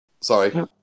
Sorry